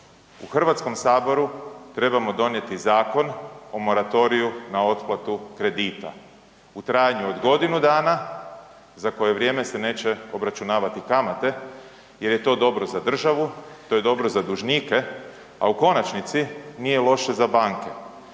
Prvo, u HS trebamo donijeti Zakon o moratoriju na otplatu kredite u trajanju od godinu dana za koje vrijeme se neće obračunavati kamate jer je to dobro za državu, to je dobro za dužnike, a u konačnici nije loše za banke